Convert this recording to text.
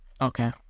Okay